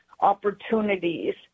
opportunities